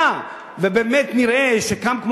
היה ובאמת נראה שקם אתר,